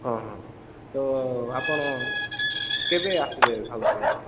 ହଁ ହଁ ତ ଆପଣ କେବେ ଆସିବେ ଭାବୁଛନ୍ତି